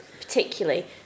particularly